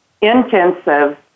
intensive